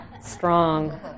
strong